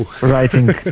Writing